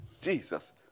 Jesus